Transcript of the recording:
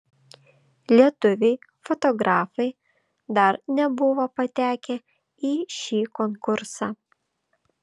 lietuviai fotografai dar nebuvo patekę į šį konkursą